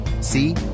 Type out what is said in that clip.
See